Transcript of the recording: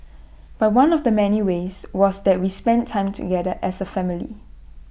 but one of the many ways was that we spent time together as A family